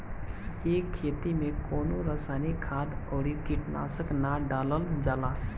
ए खेती में कवनो रासायनिक खाद अउरी कीटनाशक ना डालल जाला